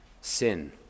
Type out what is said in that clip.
sin